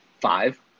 five